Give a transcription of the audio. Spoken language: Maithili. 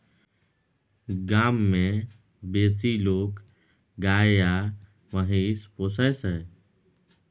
गाम मे बेसी लोक गाय आ महिष पोसय छै